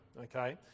okay